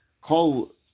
call